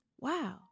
Wow